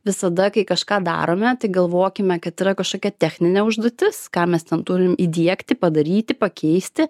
visada kai kažką darome tai galvokime kad yra kažkokia techninė užduotis ką mes ten turim įdiegti padaryti pakeisti